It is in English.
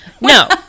No